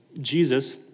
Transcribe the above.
Jesus